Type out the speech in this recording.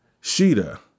Sheeta